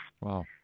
Wow